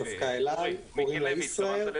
לאו דווקא אל-על, קוראים לה ישראייר.